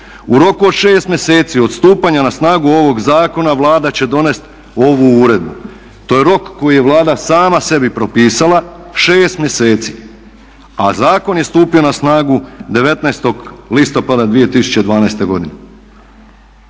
"U roku od 6 mjeseci od stupanja na snagu ovog zakona Vlada će donesti ovu uredbu". To je rok koji je Vlada sama sebi propisala, 6 mjeseci, a zakon je stupio na snagu 19.listopada 2012.godine.